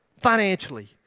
financially